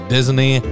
Disney